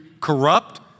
corrupt